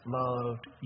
loved